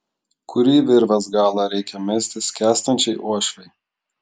kurį virvės galą reikia mesti skęstančiai uošvei